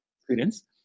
experience